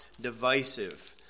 divisive